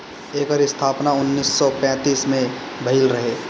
एकर स्थापना उन्नीस सौ पैंतीस में भइल रहे